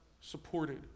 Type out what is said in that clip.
supported